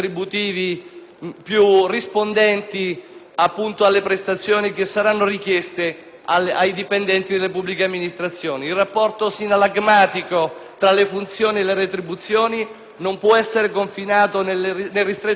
più rispondenti alle prestazioni che saranno richieste ai dipendenti delle pubbliche amministrazioni. Il rapporto sinallagmatico tra le funzioni e le retribuzioni non può essere confinato nel ristretto ambito